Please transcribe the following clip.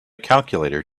calculator